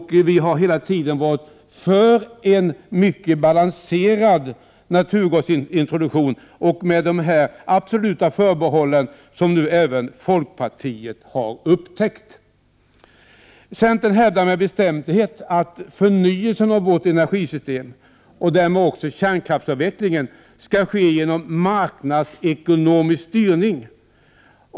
Därför har vi hela tiden varit för en mycket balancerad naturgasintroduktion — med de här absoluta förbehållen, som ju även folkpartiet har upptäckt. Vi i centern hävdar med bestämdhet att förnyelsen av vårt energisystem och därmed också kärnkraftsavvecklingen skall ske genom marknadsekono misk styrning.